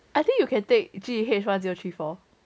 I think you can take G_E_H one zero three four